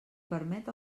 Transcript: permet